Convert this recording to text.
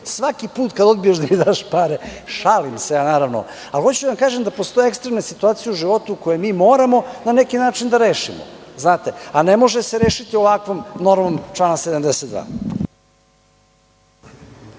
svaki put kad odbiješ da mi daš pare. Šalim se, naravno. Ali hoću da vam kažem da postoje ekstremne situacije u životu koje mi moramo na neki način da rešimo, znate, a ne može se rešiti ovakvom normom člana 72.